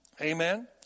Amen